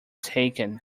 taken